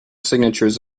signatures